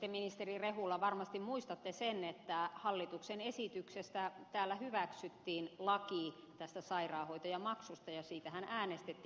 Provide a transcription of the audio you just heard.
te ministeri rehula varmasti muistatte sen että hallituksen esityksestä täällä hyväksyttiin laki tästä sairaanhoitajamaksusta ja siitähän äänestettiin